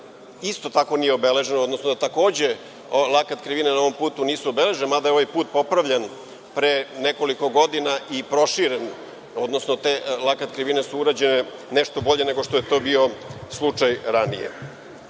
isto tako nije obeležen, odnosno lakat krivine takođe na ovom putu nisu obeležen, mada je ovaj put popravljen pre nekoliko godina i proširen je. Te lakat krivine su urađene nešto bolje nego što je to bio slučaj ranije. Dakle,